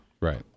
Right